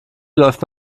läuft